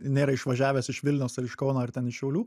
nėra išvažiavęs iš vilniaus ar iš kauno ar ten iš šiaulių